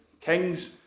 Kings